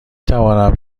توانم